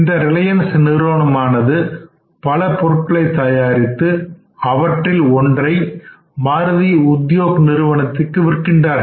இந்த ரிலையன்ஸ் நிறுவனமானது பல பொருட்களை தயாரித்து அவற்றில் ஒன்றை மாருதி உத்யோக் நிறுவனத்திற்கு விற்கின்றார்கள்